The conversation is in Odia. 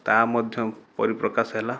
ତା ମଧ୍ୟ ପରିପ୍ରକାଶ ହେଲା